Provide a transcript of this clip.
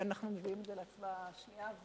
אנחנו מביאים את זה להצבעה בקריאה שנייה,